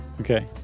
Okay